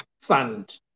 fund